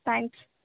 thanks